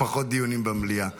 פחות דיונים במליאה.